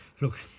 Look